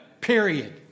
Period